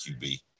QB